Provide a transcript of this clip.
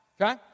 okay